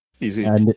Easy